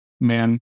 man